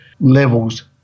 levels